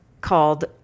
called